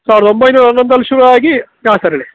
ಸಾವಿರದ ಒಂಬೈನೂರ ಹನ್ನೊಂದರಲ್ಲಿ ಶುರುವಾಗಿ ಹಾಂ ಸರ್ ಹೇಳಿ